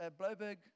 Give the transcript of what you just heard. Bloberg